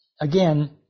again